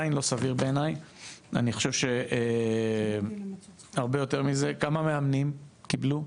אני חושב שהרבה יותר מזה, כמה מאמנים קיבלו?